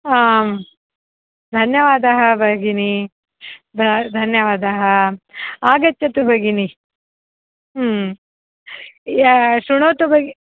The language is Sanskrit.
आं धन्यवादः भगिनि ध धन्यवादः आगच्छतु भगिनि या शृणोतु भगिनि